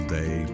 day